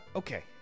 okay